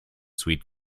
sweet